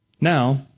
Now